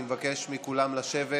אני מבקש מכולם לשבת